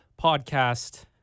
podcast